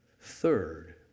Third